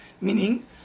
Meaning